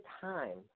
time